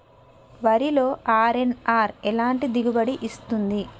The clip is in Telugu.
వరిలో అర్.ఎన్.ఆర్ ఎలాంటి దిగుబడి ఇస్తుంది?